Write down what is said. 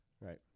Right